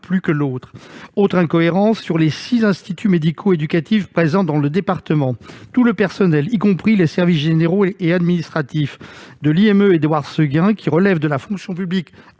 plus que l'autre ? Autre incohérence : sur les six instituts médico-éducatifs (IME) présents sur le département, tout le personnel, y compris les services généraux et les administratifs, de l'IME Édouard-Seguin, lequel relève de la fonction publique